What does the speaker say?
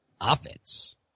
offense